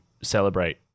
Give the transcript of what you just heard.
celebrate